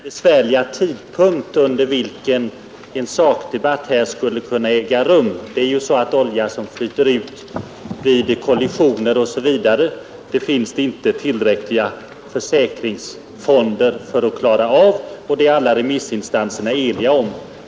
Herr talman! Jag har begärt ordet delvis för att påpeka den besvärliga tidpunkt vid vilken en sakdebatt här skulle kunna äga rum. Det finns inte tillräckliga försäkringsfonder för att täcka kostnaderna för de skador som uppstår när olja flyter ut vid kollisioner m.m. Det är alla remissinstanser eniga om.